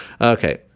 okay